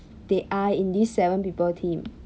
they are in this seven people team